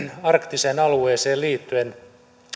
arktiseen alueeseen liittyen